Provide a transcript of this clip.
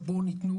בו ניתנו